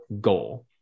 goal